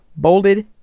BOLDED